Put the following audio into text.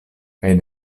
kaj